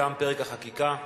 תם פרק החקיקה.